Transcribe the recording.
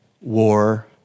war